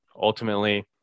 ultimately